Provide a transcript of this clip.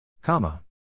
comma